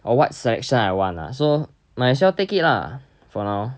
or what section I want ah so might as well take it lah for now